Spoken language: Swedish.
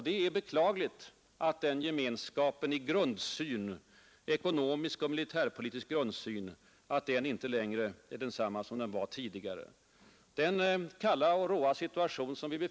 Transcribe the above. Det är beklagligt att den gemensamma ekonomiska och militärpolitiska grundsynen inte längre finns.